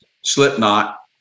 Slipknot